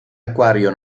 acquario